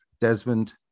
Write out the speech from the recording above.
desmond